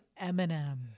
Eminem